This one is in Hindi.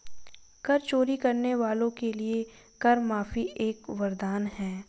कर चोरी करने वालों के लिए कर माफी एक वरदान है